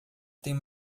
tenho